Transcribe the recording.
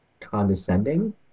condescending